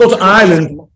Ireland